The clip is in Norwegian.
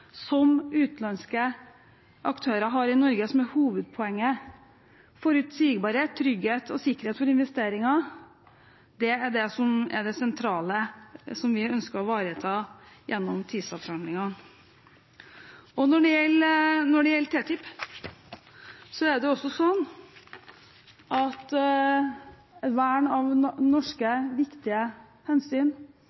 som utenlandske aktører har i Norge, som er hovedpoenget. Forutsigbarhet, trygghet og sikkerhet for investeringer er det som er det sentrale, og som vi ønsker å ivareta gjennom TISA-forhandlingene. Når det gjelder TISA, er det også sånn at vern av viktige norske